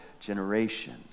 generation